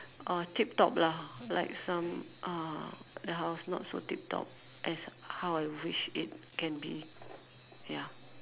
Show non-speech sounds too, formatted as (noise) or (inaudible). uh tip top lah like some uh the house not so tip top as how I wish it can be (noise) ya